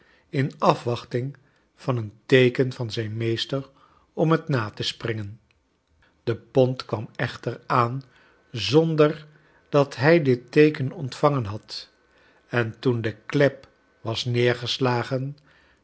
in afwachting van een teeken van zijn meester om het na te springen de pont kwam eohter aan zonder dat hij dit teeken ontvangen had en toen de klep was